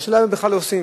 השאלה היא אם בכלל עושים,